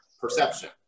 perception